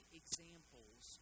examples